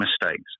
mistakes